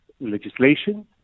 legislation